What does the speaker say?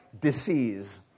disease